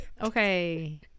Okay